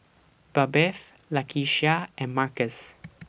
Babette Lakeshia and Marcus